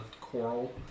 coral